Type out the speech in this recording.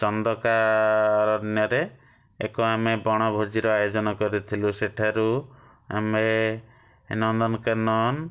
ଚନ୍ଦକାରଣ୍ୟରେ ଏକ ଆମେ ବଣଭୋଜିର ଆୟୋଜନ କରିଥିଲୁ ସେଠାରୁ ଆମେ ନନ୍ଦନକାନନ